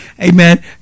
amen